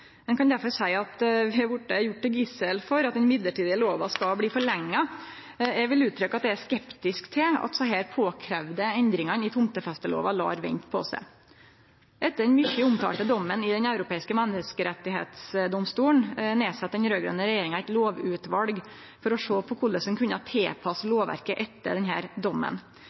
Ein kan derfor seie at vi har vorte gjort til gissel for at den midlertidige lova skal bli forlengd. Eg vil uttrykkje at eg er skeptisk til at desse påkravde endringane i tomtefestelova lèt vente på seg. Etter den mykje omtalte dommen i Den europeiske menneskerettigheitsdomstol nedsette den raud-grøne regjeringa eit lovutval for å sjå på korleis ein kunne tilpasse lovverket etter denne dommen.